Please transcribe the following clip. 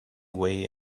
way